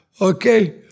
Okay